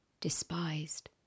despised